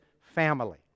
family